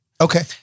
Okay